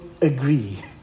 agree